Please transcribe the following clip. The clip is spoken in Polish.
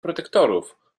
protektorów